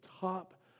top